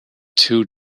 two